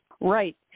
Right